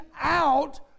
out